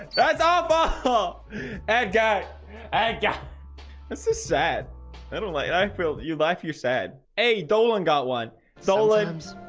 that's all that but and guy i got this is sad little late. i feel that you laugh. you sad hey dolan got one it's all items.